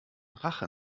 rache